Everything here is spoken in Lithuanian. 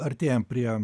artėjam prie